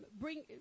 bring